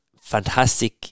fantastic